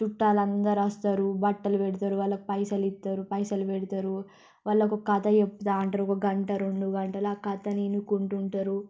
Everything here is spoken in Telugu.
చుట్టాలు అందరూ వస్తారు బట్టలు పెడతారు వాళ్ళకు పైసలు ఇస్తారు పైసలు పెడతారు వాళ్ళకు కథ చెప్తుంటారు ఒక గంట రెండు గంటలు ఆ కథని వినుకుంటూ ఉంటారు